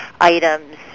items